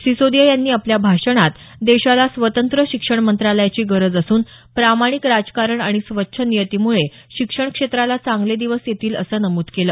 सिसोदीया यांनी आपल्या भाषणात देशाला स्वतंत्र शिक्षण मंत्रालयाची गरज असून प्रामाणिक राजकारण आणि स्वच्छ नियतीमुळे शिक्षण क्षेत्राला चांगले दिवस येतील असं नमूद केलं